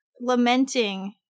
lamenting